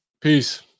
peace